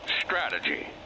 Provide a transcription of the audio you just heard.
strategy